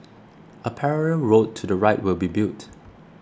a parallel road to the right will be built